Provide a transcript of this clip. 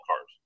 cars